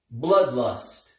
Bloodlust